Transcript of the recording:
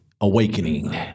Awakening